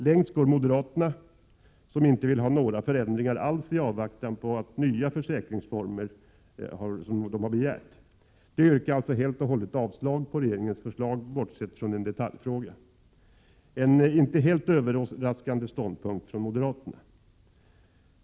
Längst går moderaterna, som inte vill ha några förändringar alls i avvaktan på de nya försäkringsformer som de har begärt. De yrkar alltså helt och hållet avslag på regeringens förslag bortsett från en detaljfråga — en inte helt överraskande ståndpunkt från moderaterna.